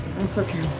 it's okay.